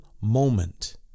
moment